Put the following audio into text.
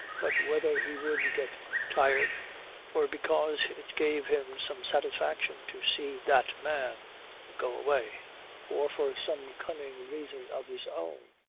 but whether he would get tired or because it gave him some satisfaction to see that man go away or for some cunning reason of his own,